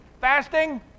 fasting